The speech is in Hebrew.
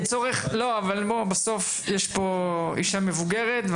בסוף יש פה אישה מבוגרת,